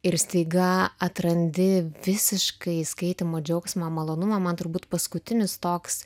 ir staiga atrandi visiškai skaitymo džiaugsmą malonumą man turbūt paskutinis toks